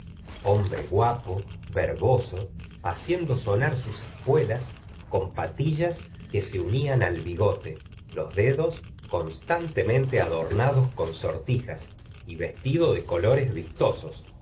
hombre guapo verboso haciendo sonar sus espuelas con patillas que se unían al bigote los dedos constantemente adornados con sortijas y vestido de colores vistosos